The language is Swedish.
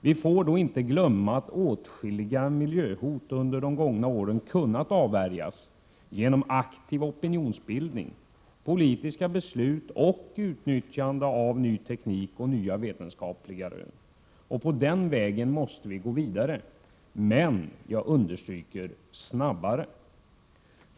Vi får då inte glömma att åtskilliga miljöhot under gångna år har kunnat avvärjas genom aktiv opinionsbildning, politiska beslut och utnyttjande av ny teknik och nya vetenskapliga rön. På den vägen måste vi gå vidare, men snabbare.